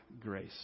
grace